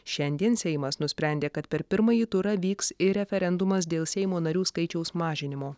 šiandien seimas nusprendė kad per pirmąjį turą vyks ir referendumas dėl seimo narių skaičiaus mažinimo